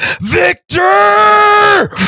Victor